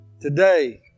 Today